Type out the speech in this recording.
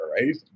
right